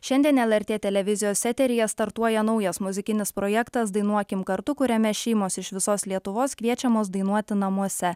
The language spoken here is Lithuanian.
šiandien lrt televizijos eteryje startuoja naujas muzikinis projektas dainuokim kartu kuriame šeimos iš visos lietuvos kviečiamos dainuoti namuose